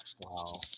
wow